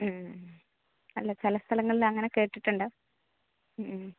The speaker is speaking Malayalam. അല്ല ചില സ്ഥലങ്ങളിൽ അങ്ങനെ കേട്ടിട്ടുണ്ട്